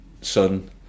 son